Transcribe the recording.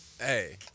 Hey